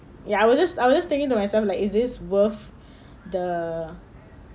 ya I will just I will just thinking to myself like is it worth the